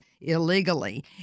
illegally